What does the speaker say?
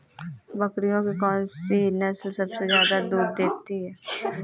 बकरियों की कौन सी नस्ल सबसे ज्यादा दूध देती है?